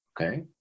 Okay